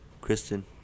Kristen